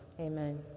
Amen